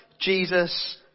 Jesus